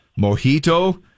Mojito